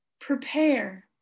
prepare